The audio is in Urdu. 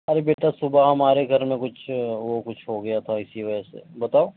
ارے بیٹا صُبح ہمارے گھر میں کچھ وہ کچھ ہو گیا تھا اِسی وجہ سے بتاؤ